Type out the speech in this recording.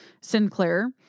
Sinclair